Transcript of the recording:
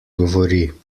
govori